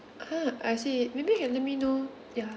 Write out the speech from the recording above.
ah I see maybe you can let me know